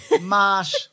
marsh